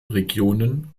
regionen